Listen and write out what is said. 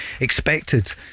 expected